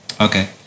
Okay